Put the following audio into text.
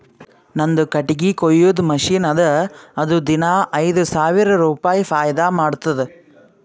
ನಂದು ಕಟ್ಟಗಿ ಕೊಯ್ಯದ್ ಮಷಿನ್ ಅದಾ ಅದು ದಿನಾ ಐಯ್ದ ಸಾವಿರ ರುಪಾಯಿ ಫೈದಾ ಮಾಡ್ತುದ್